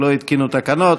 שלא התקינו תקנות.